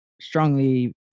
strongly